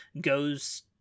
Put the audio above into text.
goes